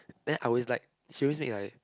then I always like she always make like